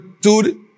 dude